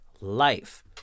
life